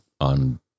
on